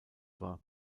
war